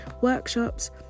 workshops